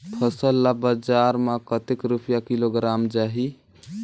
फसल ला बजार मां कतेक रुपिया किलोग्राम जाही?